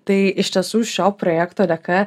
tai iš tiesų šio projekto dėka